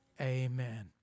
amen